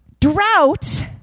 Drought